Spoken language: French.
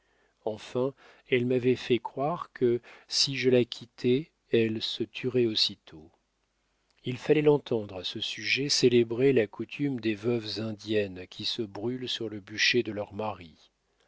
enfin elle m'avait fait croire que si je la quittais elle se tuerait aussitôt il fallait l'entendre à ce sujet célébrer la coutume des veuves indiennes qui se brûlent sur le bûcher de leurs maris